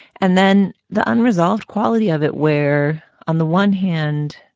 and then the unresolved quality of it where on the one hand